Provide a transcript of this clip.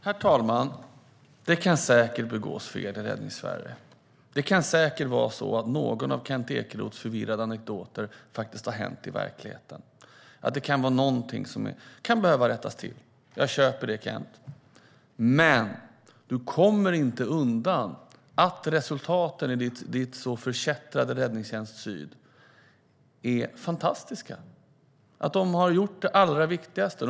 Herr talman! Det kan säkert begås fel i Räddningssverige. Det kan säkert vara så att någon av Kent Ekeroths förvirrade anekdoter har hänt i verkligheten. Det kan vara någonting som kan behöva rättas till. Jag köper det, Kent. Men du kommer inte undan att resultaten i ditt så förkättrade Räddningstjänsten Syd är fantastiska. De har gjort det allra viktigaste.